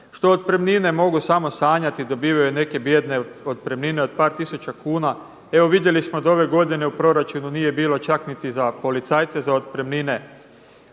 što otpremnine mogu samo sanjati, dobivaju neke bijedne otpremnine od par tisuća kuna. Evo vidjeli smo da ove godine u proračunu nije bilo čak niti za policajce za otpremnine.